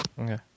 Okay